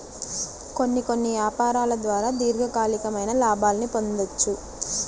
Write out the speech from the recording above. కొన్ని కొన్ని యాపారాల ద్వారా దీర్ఘకాలికమైన లాభాల్ని పొందొచ్చు